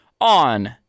on